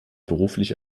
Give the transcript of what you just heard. beruflich